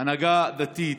הנהגה דתית.